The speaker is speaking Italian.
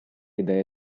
idee